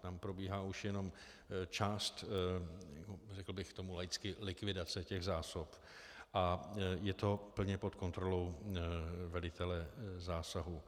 Tam probíhá už jenom část, řekl bych tomu laicky likvidace těch zásob a je to plně pod kontrolou velitele zásahu.